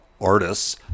artists